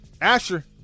Asher